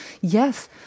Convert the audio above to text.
Yes